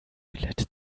glätte